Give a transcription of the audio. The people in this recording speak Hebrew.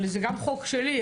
אבל זה גם חוק שלי,